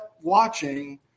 watching